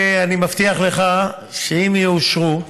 אני מבטיח לך שאם יאושרו,